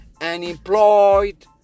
unemployed